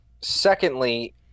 Secondly